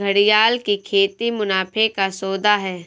घड़ियाल की खेती मुनाफे का सौदा है